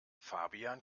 fabian